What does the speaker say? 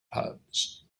pubs